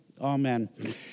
Amen